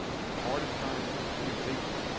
it's the hardest time to be faithful